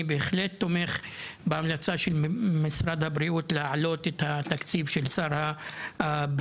אני בהחלט תומך בהמלצה של משרד הבריאות לעלות את התקציב של סל הבריאות